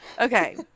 okay